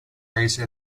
race